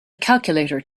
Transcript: calculator